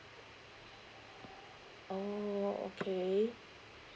oh okay